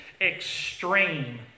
extreme